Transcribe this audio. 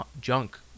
junk